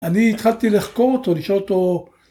אני התחלתי לחקור אותו לשאול אותו.